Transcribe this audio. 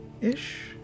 Ish